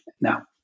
Now